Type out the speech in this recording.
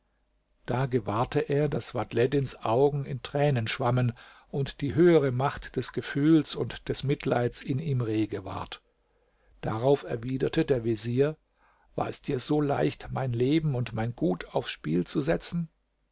da gewahrte er daß vadhleddins augen in tränen schwammen und die höhere macht des gefühls und des mitleids in ihm rege ward darauf erwiderte der vezier war es dir so leicht mein leben und mein gut aufs spiel zu setzen